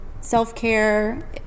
Self-care